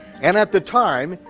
and at the time,